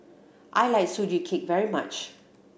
I like Sugee Cake very much